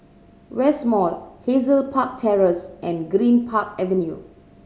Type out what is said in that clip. West Mall Hazel Park Terrace and Greenpark Avenue